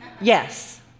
Yes